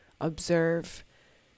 observe